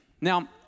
Now